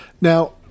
Now